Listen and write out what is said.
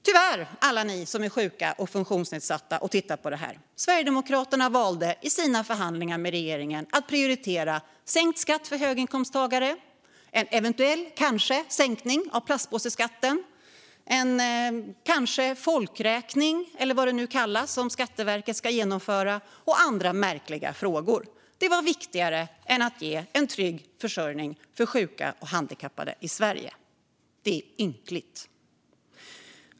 Tyvärr, alla ni som är sjuka och funktionsnedsatta och som tittar på debatten: Sverigedemokraterna valde i sina förhandlingar med regeringen att prioritera sänkt skatt för höginkomsttagare, en eventuell - kanske - sänkning av plastpåseskatten, en kanske folkräkning, eller vad det kallas, som Skatteverket ska genomföra - och andra märkliga frågor. De var viktigare än att ge en trygg försörjning för sjuka och handikappade i Sverige. Det är ynkligt.